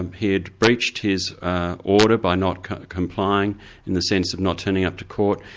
and he had breached his order by not complying in the sense of not turning up to court.